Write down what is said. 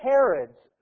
Herod's